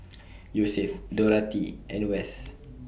Yosef Dorathy and Wes